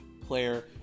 player